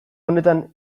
honetan